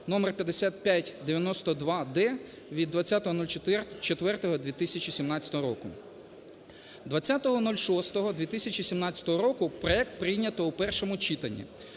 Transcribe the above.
(номер 5592-д) (від 20.04.2017 року). 20.06.2017 року проект прийнято в першому читанні.